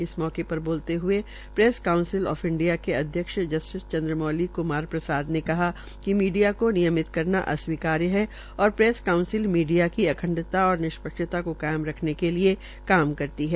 इस अवसर पर बोलते हए प्रेस काऊसिंल आफॅ इंडिया के अध्यक्ष जस्टिस चन्द्रमौली क्मार प्रसाद ने कहा कि मीडिया को नियमित करना अस्वीकार्य है और प्रेस कांऊसिल मीडिया की अखंडता और निष्पक्षता को कायम रखने के लिये काम करती है